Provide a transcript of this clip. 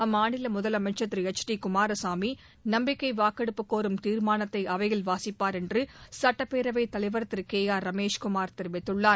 அம்மாநில முதலமைச்சர் திரு எச் டி குமாரசாமி நம்பிக்கை வாக்கெடுப்பு கோரும் தீர்மானத்தை அவையில் வாசிப்பார் என்று சட்டப்பேரவை தலைவர் திரு கே ஆர் ரமேஷ் குமார் தெரிவித்துள்ளார்